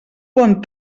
bon